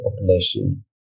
population